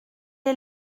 est